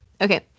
Okay